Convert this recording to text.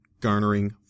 garnering